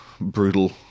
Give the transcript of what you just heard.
brutal